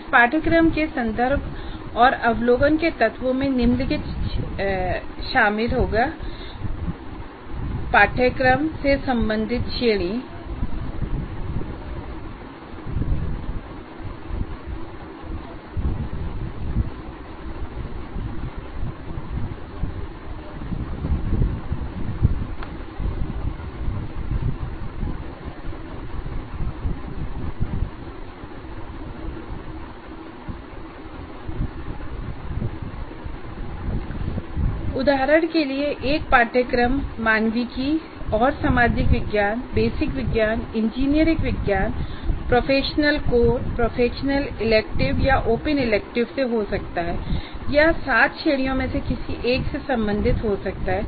इस पाठ्यक्रम के संदर्भ और अवलोकन के तत्वों में निम्नलिखित शामिल होंगे पाठ्यक्रम से संबंधित श्रेणी उदाहरण के लिए एक पाठ्यक्रम मानविकी और सामाजिक विज्ञान बेसिक विज्ञान इंजीनियरिंग विज्ञान प्रोफेशनल कोर प्रोफेशनल इलेक्टिव या ओपन इलेक्टिव से हो सकता है या 7 श्रेणियों में से किसी एक से संबंधित हों सकता हैं